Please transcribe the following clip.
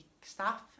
staff